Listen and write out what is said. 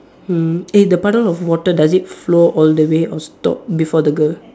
hmm eh the puddle of water does it flow all the way or stop before the girl